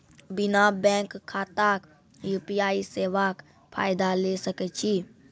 बिना बैंक खाताक यु.पी.आई सेवाक फायदा ले सकै छी?